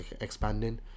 expanding